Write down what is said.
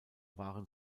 waren